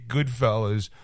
Goodfellas